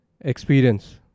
experience